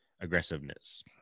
Aggressiveness